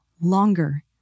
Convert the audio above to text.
longer